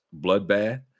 bloodbath